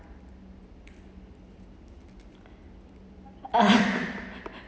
uh